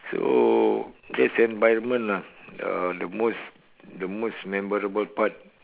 so that's the environment lah the most the most memorable part